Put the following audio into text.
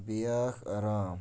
بیٛاکھ آرام